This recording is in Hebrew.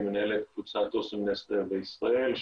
אני מנהל את קבוצת אסם-נסטלה בישראל,